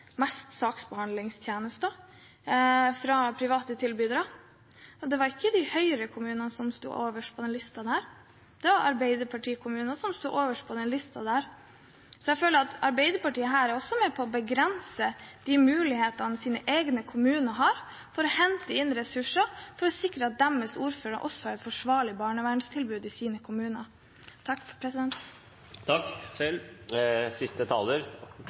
var ikke Høyre-kommunene som sto øverst på den lista. Det var Arbeiderparti-kommuner som sto øverst på den lista. Jeg føler at Arbeiderpartiet her også er med på å begrense de mulighetene deres egne kommuner har for å hente inn ressurser som sikrer at deres ordførere har et forsvarlig barnevernstilbud i sine kommuner.